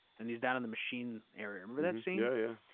and he's down in the machine area. remember that scene? yeah yeah